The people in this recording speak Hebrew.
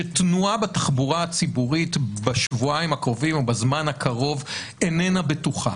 שתנועה בתחבורה הציבורית בשבועיים הקרובים או בזמן הקרוב איננה בטוחה.